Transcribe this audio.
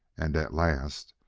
and, at last,